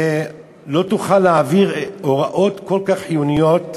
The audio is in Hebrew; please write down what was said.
ולא תוכל להעביר הוראות כל כך חיוניות.